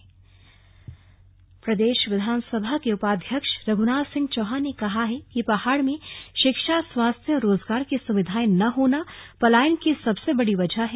slug पलायन पर गोष्ठी प्रदेश विधानसभा के उपाध्यक्ष रघुनाथ सिंह चौहान ने कहा है कि पहाड़ में शिक्षा स्वास्थ्य और रोजगार की सुविधाएं न होना पलायन की सबसे बड़ी वजह हैं